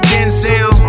Denzel